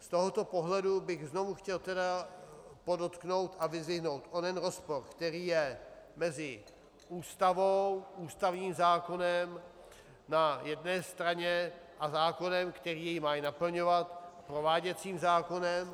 Z tohoto pohledu bych znovu chtěl podotknout a vyzdvihnout onen rozpor, který je mezi Ústavou, ústavním zákonem na jedné straně, a zákonem, který jej má naplňovat, prováděcím zákonem.